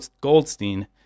Goldstein